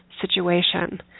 situation